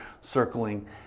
circling